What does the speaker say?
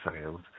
sales